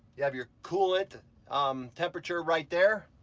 you have your coolant um temperature right there.